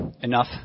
enough